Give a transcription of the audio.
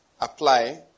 apply